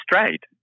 straight